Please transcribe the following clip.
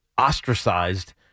ostracized